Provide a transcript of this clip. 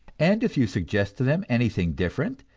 and if you suggest to them anything different,